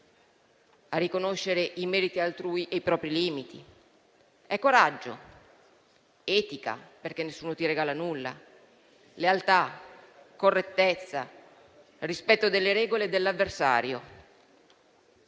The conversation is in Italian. a riconoscere i meriti altrui e i propri limiti. È coraggio, etica - nessuno ti regala nulla - lealtà, correttezza, rispetto delle regole dell'avversario.